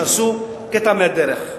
שעשו קטע מהדרך.